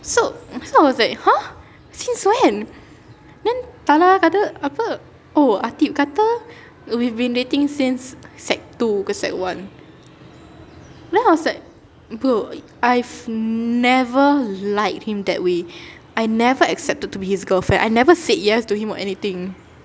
so so I was like !huh! since when then tala kata apa oh ateeb kata we've been dating since sec two ke sec one then I was like bro I have never liked him that way I never accepted to be his girlfriend I never said yes to him or anything